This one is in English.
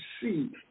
see